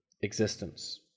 existence